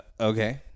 okay